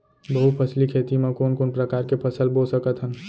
बहुफसली खेती मा कोन कोन प्रकार के फसल बो सकत हन?